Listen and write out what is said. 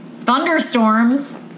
Thunderstorms